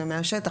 זה מהשטח,